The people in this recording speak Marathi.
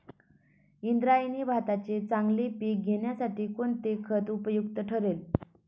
इंद्रायणी भाताचे चांगले पीक येण्यासाठी कोणते खत उपयुक्त ठरेल?